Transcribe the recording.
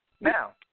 Now